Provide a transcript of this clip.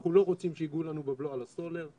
אנחנו לא רוצים שייגעו לנו בבלו על הסולר,